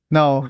Now